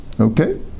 okay